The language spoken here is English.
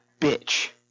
bitch